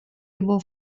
его